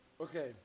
Okay